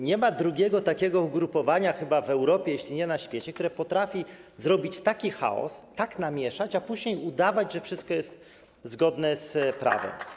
Nie ma chyba drugiego takiego ugrupowania w Europie, jeśli nie na świecie, które potrafi zrobić taki chaos, tak namieszać, a później udawać, że wszystko jest zgodne z prawem.